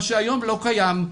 מה שהיום לא קיים.